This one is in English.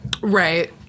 Right